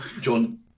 John